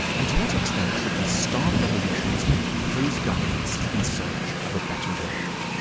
and to what extent should we start revolutions and oppose governments, in search of a better world?